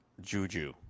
Juju